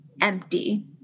empty